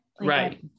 right